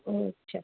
ও আচ্ছা